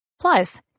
Plus